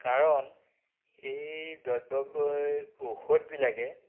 কাৰণ এই দ্ৰব্য ঔষধবিলাকে